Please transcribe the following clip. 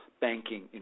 banking